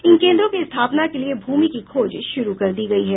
इन केंद्रों की स्थापना के लिये भूमि की खोज शुरू कर दी गयी है